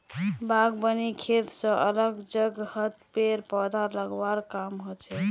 बागवानी खेत स अलग जगहत पेड़ पौधा लगव्वार काम हछेक